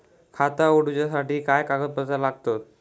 खाता उगडूच्यासाठी काय कागदपत्रा लागतत?